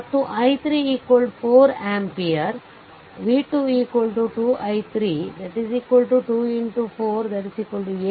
ಮತ್ತು i3 4 ampere ಆಗಿದ್ದರೆ v2 2 i3 2 4 8 volt